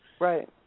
Right